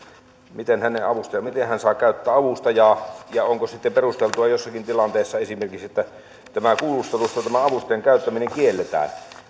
miten hän saa käyttää avustajaa ja onko sitten perusteltua jossakin tilanteessa esimerkiksi että kuulustelussa tämä avustajan käyttäminen kielletään